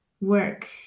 work